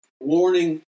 warning